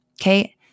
okay